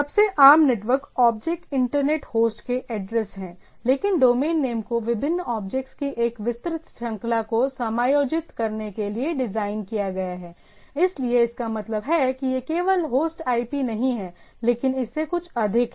सबसे आम network object internet host के एड्रेस हैं लेकिन डोमेन नेम को विभिन्न ऑब्जेक्ट्स की एक विस्तृत श्रृंखला को समायोजित करने के लिए डिज़ाइन किया गया है इसलिए इसका मतलब है कि यह केवल होस्ट IP नहीं है लेकिन इससे कुछ अधिक है